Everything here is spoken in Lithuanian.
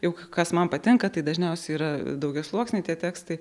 juk kas man patinka tai dažniausiai yra daugiasluoksniai tie tekstai